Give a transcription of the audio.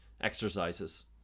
exercises